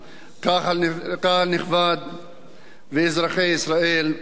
קהל נכבד ואזרחי ישראל כולם,